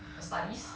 her studies